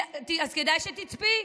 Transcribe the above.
אז כדאי שתצפי.